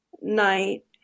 night